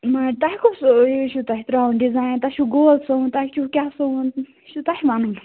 تۄہہِ کُس یہِ چھُ تۄہہِ ترٛاوُن ڈِزایِن تۄہہِ چھُو گول سوُن تۄہہِ چھُو کیٛاہ سوُن یہِ چھُ تۄہہِ وَنُن